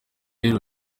rero